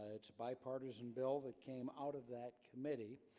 it's a bipartisan bill that came out of that committee,